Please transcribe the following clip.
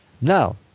Now